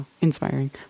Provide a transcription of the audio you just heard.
Inspiring